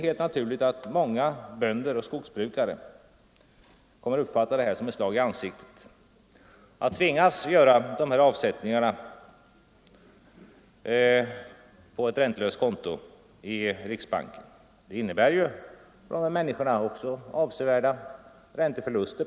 Helt naturligt kommer många bönder och skogsbrukare att uppfatta det som ett slag i ansiktet att de tvingas göra de här avsättningarna på ett räntelöst konto i riksbanken. Det innebär ju också avsevärda ränteförluster.